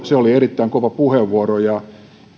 se oli erittäin kova puheenvuoro ja